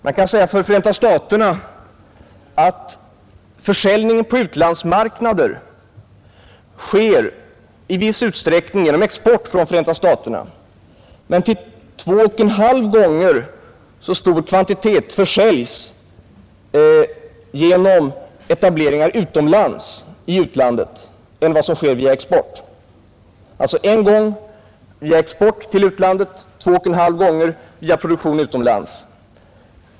Man kan säga beträffande Förenta staterna att försäljningen på utlandsmarknader sker i viss utsträckning genom export från Förenta staterna men att två och en halv gånger så stor kvantitet försäljs i u-landet genom etablering utomlands — alltså en viss mängd via export till utlandet och två och en halv gånger så mycket via produktion utomlands.